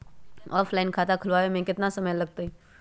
Offline खाता खुलबाबे में केतना समय लगतई?